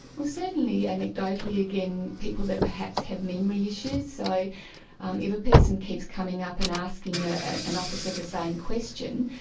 well certainly anecdotally again people that perhaps have memory issues, so um if a person keeps coming up and asking ah an officer the same question,